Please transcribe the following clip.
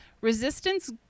resistance